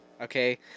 Okay